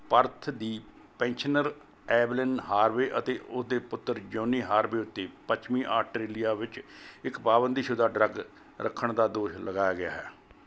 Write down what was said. Perth ਦੀ pensioner Evelyn Harvey ਅਤੇ ਉਸ ਦੇ ਪੁੱਤਰ ਜੌਨੀ ਹਾਰਵੇ ਉੱਤੇ ਪੱਛਮੀ ਆਸਟ੍ਰੇਲੀਆ ਵਿੱਚ ਇੱਕ ਪਾਬੰਦੀਸ਼ੁਦਾ ਡਰੱਗ ਰੱਖਣ ਦਾ ਦੋਸ਼ ਲਗਾਇਆ ਗਿਆ ਹੈ